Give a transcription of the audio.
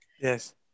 Yes